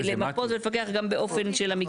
רק למפות ולפקח גם באופן של המקטעים.